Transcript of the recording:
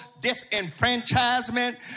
disenfranchisement